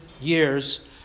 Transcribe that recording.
years